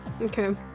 Okay